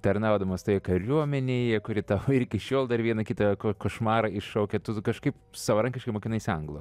tarnaudamas kariuomenėj kuri tau ir iki šiol dar vieną kitą ko košmarą iššaukia tu kažkaip savarankiškai mokinaisi anglų